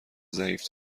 ضعیف